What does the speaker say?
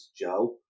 Joe